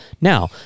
Now